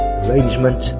arrangement